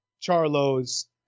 Charlo's